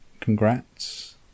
Congrats